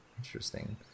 interesting